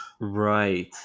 Right